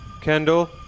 Kendall